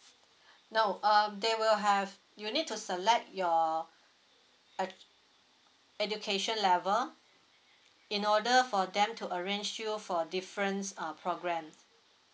no uh they will have you need to select your education level in order for them to arrange you for different um program